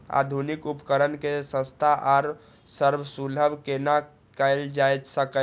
आधुनिक उपकण के सस्ता आर सर्वसुलभ केना कैयल जाए सकेछ?